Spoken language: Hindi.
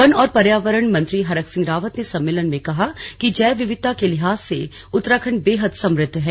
वन और पर्यावरण मंत्री हरक सिंह रावत ने सम्मेलन में कहा कि जैव विविधता के लिहाज से उत्तराखंड बेहद समृद्ध है